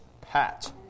Pat